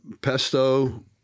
Pesto